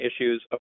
issues